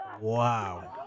Wow